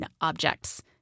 objects